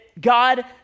God